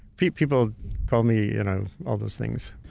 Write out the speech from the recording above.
people call me you know all those things.